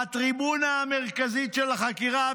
בטריבונה המרכזית של החקירה,